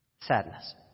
Sadness